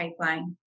pipeline